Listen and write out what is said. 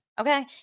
Okay